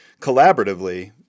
collaboratively